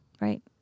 right